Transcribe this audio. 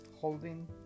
holding